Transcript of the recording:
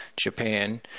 Japan